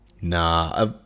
Nah